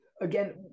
again